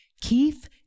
Keith